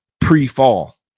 pre-fall